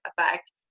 effect